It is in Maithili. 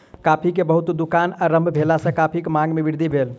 कॉफ़ी के बहुत दुकान आरम्भ भेला सॅ कॉफ़ीक मांग में वृद्धि भेल